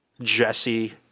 Jesse